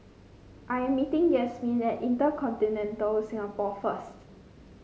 I am meeting Yasmeen at InterContinental Singapore first